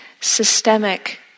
systemic